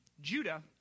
Judah